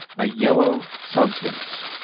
a yellow substance.